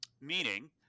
meaning